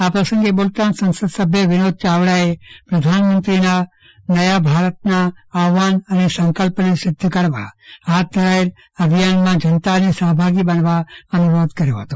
આ પ્રસંગે બોલતા સંસદસભ્ય વિનોદ ચાવડાએ પ્રધાનમંત્રીના નયા ભારતમાં આદ્વાન અને સંકલ્પને સિધ્ધ કરવા હાથ ધરાયેલા અભિયાનમાં જનતાને સહભાગી બનવા અનુરોધ કર્યો હતો